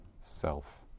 self